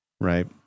Right